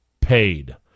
paid